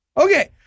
Okay